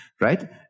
Right